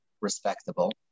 respectable